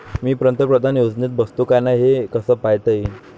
मी पंतप्रधान योजनेत बसतो का नाय, हे कस पायता येईन?